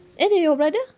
and your brother